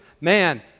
man